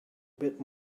bit